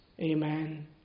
Amen